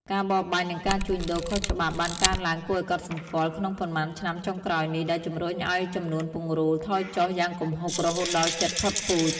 ការបរបាញ់និងការជួញដូរខុសច្បាប់បានកើនឡើងគួរឲ្យកត់សម្គាល់ក្នុងប៉ុន្មានឆ្នាំចុងក្រោយនេះ ដោយជំរុញឲ្យចំនួនពង្រូលថយចុះយ៉ាងគំហុករហូតដល់ជិតផុតពូជ។